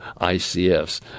ICFs